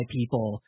people